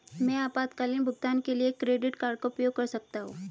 मैं आपातकालीन भुगतान के लिए क्रेडिट कार्ड का उपयोग करता हूं